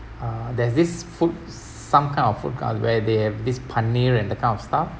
uh there's this food some kind of food cart where they have this pioneering that kind of stuff